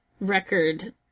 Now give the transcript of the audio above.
record